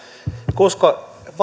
koska